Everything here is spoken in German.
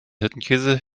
hirtenkäse